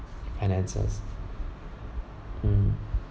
finances mm